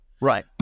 Right